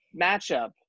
matchup